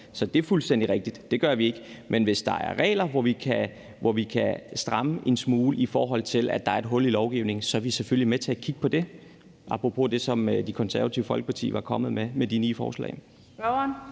Så det er fuldstændig rigtigt. Det gør vi ikke. Men hvis der er regler, hvor vi kan stramme en smule i forhold til at der er et hul i lovgivningen, er vi selvfølgelig med til at kigge på det, apropos det, som Det Konservative Folkeparti er kommet med, med de ni forslag.